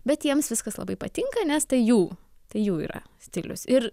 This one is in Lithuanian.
bet jiems viskas labai patinka nes tai jų tai jų yra stilius ir